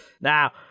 Now